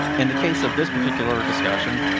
in the case of this particular discussion,